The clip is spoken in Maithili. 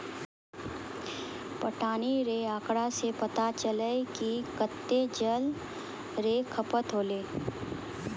पटौनी रो आँकड़ा से पता चलै कि कत्तै जल रो खपत होतै